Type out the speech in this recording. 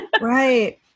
Right